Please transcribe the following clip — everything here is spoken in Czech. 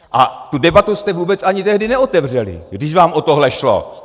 A tu debatu jste vůbec ani tehdy neotevřeli, když vám o tohle šlo.